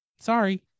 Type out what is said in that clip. Sorry